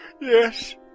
Yes